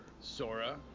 Sora